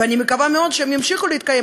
ואני מקווה מאוד שהם ימשיכו להתקיים,